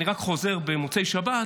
אני חוזר במוצאי שבת,